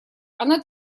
она